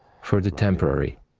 for the temporary